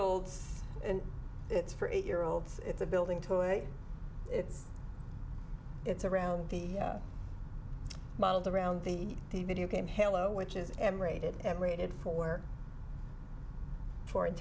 olds and it's for eight year olds it's a building toy it's it's around the modeled around the the video game halo which is m rated m rated for